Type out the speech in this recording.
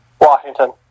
Washington